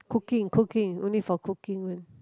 cooking cooking only for cooking one